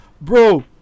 bro